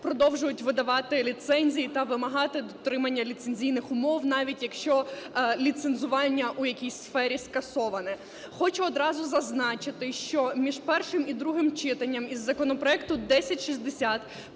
продовжують видавати ліцензії та вимагати дотримання ліцензійних умов навіть, якщо ліцензування в якійсь сфері скасоване. Хочу одразу зазначити, що між першим і другим читанням із законопроекту 1060